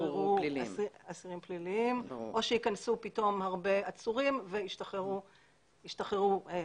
ישתחררו אסירים פליליים או שייכנסו פתאום הרבה עצורים וישתחררו אסירים.